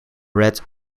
red